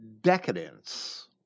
decadence